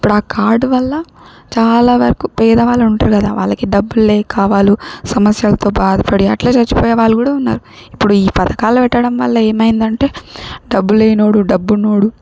ఇప్పుడా కార్డ్ వల్ల చాలా వరకు పేద వాళ్ళు ఉంటారు కదా వాళ్ళకి డబ్బులు లేక వాళ్ళు సమస్యలతో బాధపడి అట్లా చచ్చిపోయే వాళ్ళు కూడా ఉన్నారు ఇప్పుడు ఈ పథకాలు పెట్టడం వల్ల ఏమైందంటే డబ్బులేని వాడు డబ్బున్న వాడు